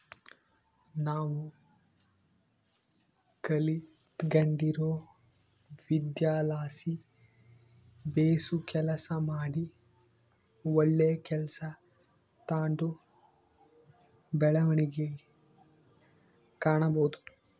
ನಾವು ಕಲಿತ್ಗಂಡಿರೊ ವಿದ್ಯೆಲಾಸಿ ಬೇಸು ಕೆಲಸ ಮಾಡಿ ಒಳ್ಳೆ ಕೆಲ್ಸ ತಾಂಡು ಬೆಳವಣಿಗೆ ಕಾಣಬೋದು